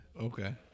okay